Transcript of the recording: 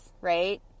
Right